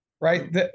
right